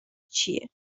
چیه